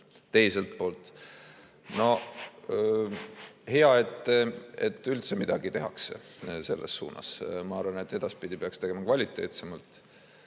Teiselt poolt, hea, et üldse midagi tehakse selles suunas. Ma arvan, et edaspidi peaks tegema kvaliteetsemalt.